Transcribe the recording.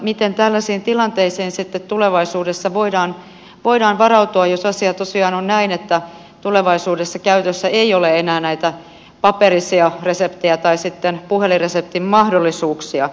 miten tällaisiin tilanteisiin sitten tulevaisuudessa voidaan varautua jos asia tosiaan on näin että tulevaisuudessa käytössä ei ole enää paperisia reseptejä tai puhelinreseptin mahdollisuuksia